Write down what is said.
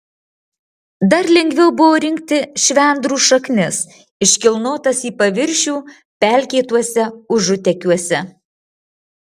dar lengviau buvo rinkti švendrų šaknis iškilnotas į paviršių pelkėtuose užutekiuose